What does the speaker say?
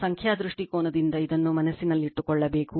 ಸಂಖ್ಯಾ ದೃಷ್ಟಿಕೋನದಿಂದ ಇದನ್ನು ಮನಸ್ಸಿನಲ್ಲಿಟ್ಟುಕೊಳ್ಳಬೇಕು